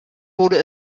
wurde